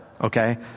Okay